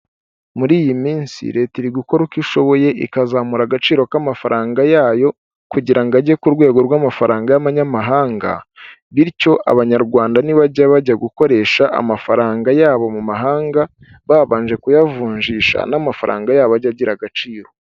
Muri iyi minsi leta iri gukora uko ishoboye ikazamura agaciro k'amafaranga yayo kugira ajye ku rwego rw'amafaranga y'abanyamahanga bityo abanyarwanda nibajya bajya gukoresha amafaranga yabo mu mahanga babanje kuyavunjisha n'amafaranga yabo ajya agira agaciro.